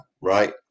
right